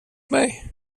mig